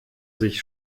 sich